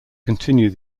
continue